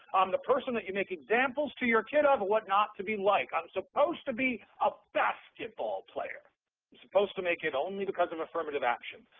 i'm the person that you make examples to your kid of what not to be like. i'm supposed to be a basketball player. i'm supposed to make it only because of affirmative action.